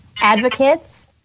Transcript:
advocates